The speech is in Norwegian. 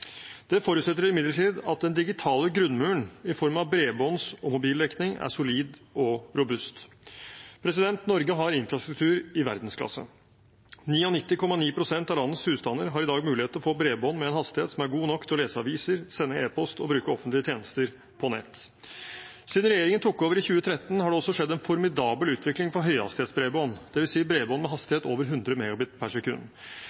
Det forutsetter imidlertid at den digitale grunnmuren, i form av bredbånds- og mobildekning, er solid og robust. Norge har infrastruktur i verdensklasse: 99,9 pst av landets husstander har i dag mulighet til å få bredbånd med en hastighet som er god nok til å lese aviser, sende e-post og bruke offentlige tjenester på nett. Siden regjeringen tok over i 2013, har det også skjedd en formidabel utvikling innen høyhastighetsbredbånd, dvs. bredbånd med